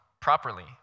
properly